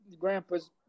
grandpa's